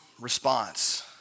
response